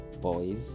Boys